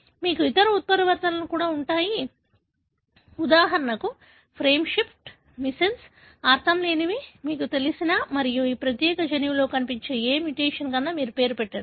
మీకు ఇతర ఉత్పరివర్తనలు కూడా ఉన్నాయి ఉదాహరణకు ఫ్రేమ్ షిఫ్ట్ మిస్సెన్స్ అర్ధంలేనివి మీకు తెలిసిన మరియు ఈ ప్రత్యేక జన్యువులో కనిపించే ఏదైనా మ్యుటేషన్కు మీరు పేరు పెట్టండి